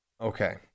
Okay